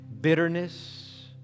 bitterness